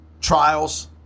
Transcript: trials